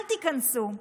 אל תיכנסו.